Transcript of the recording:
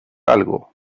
algo